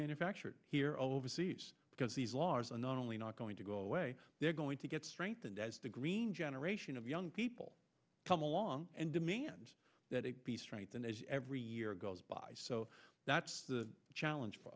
manufactured here overseas because these laws are not only not going to go away they're going to get strengthened as the green generation of young people come along and demand that it be strengthened as every year goes by so that's the challenge